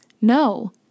No